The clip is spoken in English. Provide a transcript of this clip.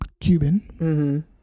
Cuban